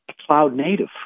cloud-native